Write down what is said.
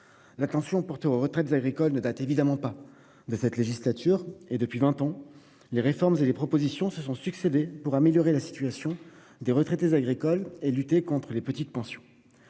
L'attention portée aux retraites agricoles ne date évidemment pas de cette législature. Depuis vingt ans, les réformes et les propositions se sont succédé pour améliorer la situation des retraités agricoles et revaloriser les petites pensions.